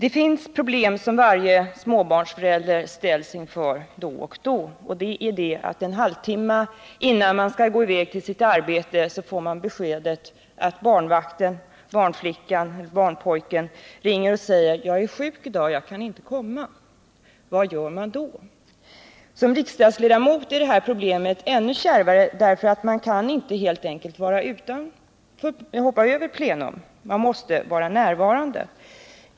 Ett problem som varje småbarnsförälder ställs inför då och då är att barnvakten — barnflickan eller barnpojken — en halvtimme innan man skall gå i väg till sitt arbete ringer och säger: ”Jag är sjuk i dag, jag kan inte komma.” Vad gör man då? För en riksdagsledamot är det här problemet ännu större än för andra, eftersom man helt enkelt inte kan hoppa över plenum. Man måste vara närvarande.